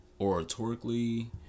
oratorically